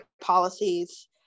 policies